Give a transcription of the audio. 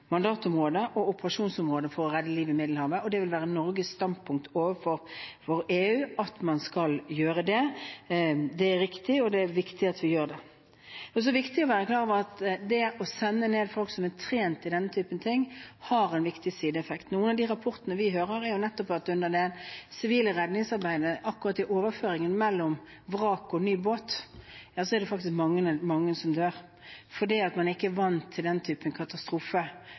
og operasjonsområde for å redde liv i Middelhavet, og det vil være Norges standpunkt overfor EU at man skal gjøre det. Det er riktig og viktig at vi gjør det. Det er også viktig å være klar over at det å sende ned folk som er trent i denne typen ting, har en viktig sideeffekt. Noen av de rapportene vi hører, er at det under det sivile redningsarbeidet akkurat i overføringen mellom vrak og ny båt, er mange som dør, fordi man ikke er vant til den typen